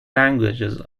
languages